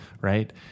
right